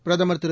பிரதமர் திரு